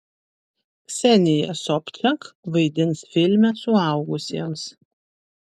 ksenija sobčak vaidins filme suaugusiems